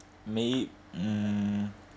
may~ mm